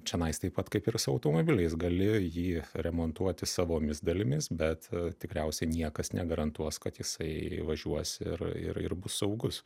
čenais taip pat kaip ir su automobiliais gali jį remontuoti savomis dalimis bet tikriausiai niekas negarantuos kad jisai važiuos ir ir ir bus saugus